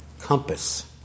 compass